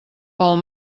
pel